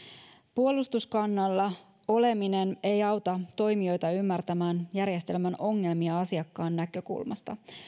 puolustuskannalla oleminen ei auta toimijoita ymmärtämään järjestelmän ongelmia asiakkaan näkökulmasta